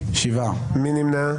מי נמנע?